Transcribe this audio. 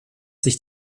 sich